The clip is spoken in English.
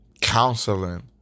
counseling